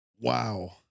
Wow